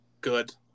good